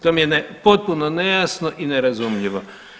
To mi je potpuno nejasno i nerazumljivo.